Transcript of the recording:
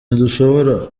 ntidushobora